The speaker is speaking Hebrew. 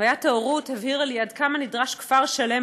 חוויית ההורות הבהירה לי עד כמה נדרש כפר שלם,